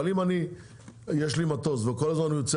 אבל אם יש לי מטוס וכל הזמן הוא יוצא